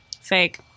Fake